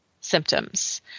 symptoms